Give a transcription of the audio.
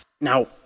Now